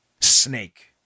Snake